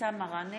אבתיסאם מראענה,